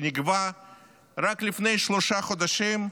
שנקבע רק לפני שלושה חודשים,